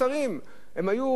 הם היו חברי כנסת,